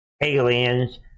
aliens